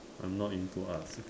I'm not into Arts